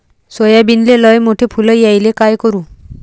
सोयाबीनले लयमोठे फुल यायले काय करू?